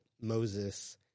Moses